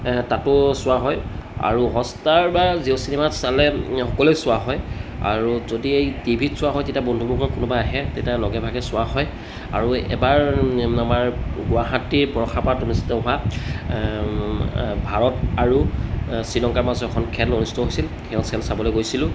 তাতো চোৱা হয় আৰু হট ষ্টাৰ বা জিঅ' চিনেমাত চালে সকলোৱে চোৱা হয় আৰু যদি টিভিত চোৱা হয় তেতিয়া বন্ধুবৰ্গ কোনোবা আহে তেতিয়া লগে ভাগে চোৱা হয় আৰু এবাৰ আমাৰ গুৱাহাটী বৰ্ষাপাৰাত অনুষ্ঠিত হোৱা ভাৰত আৰু শ্ৰীলংকাৰ মাজৰ এখন খেল অনুষ্ঠিত হৈছিল খেল চেল চাবলৈ গৈছিলোঁ